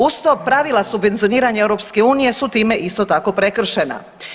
Uz to, pravila subvencioniranja EU su time isto tako prekršena.